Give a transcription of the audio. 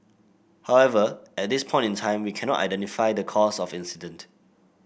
however at this point in time we cannot identify the cause of incident